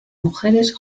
mujeres